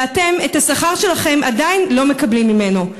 ואתם את השכר שלכם עדיין לא מקבלים ממנו.